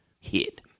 hit